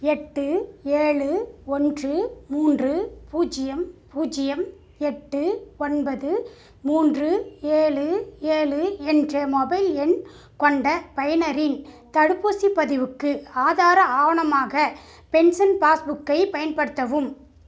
எட்டு ஏழு ஒன்று மூன்று பூஜ்ஜியம் பூஜ்ஜியம் எட்டு ஒன்பது மூன்று ஏழு ஏழு என்ற மொபைல் எண் கொண்ட பயனரின் தடுப்பூசி பதிவுக்கு ஆதார ஆவணமாக பென்ஷன் பாஸ்புக்கை பயன்படுத்தவும்